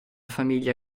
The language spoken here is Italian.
famiglia